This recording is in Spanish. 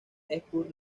hepburn